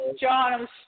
John